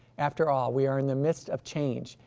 after all, we are in the midst of change,